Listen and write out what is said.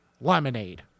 lemonade